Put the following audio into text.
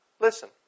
Listen